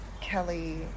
Kelly